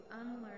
unlearn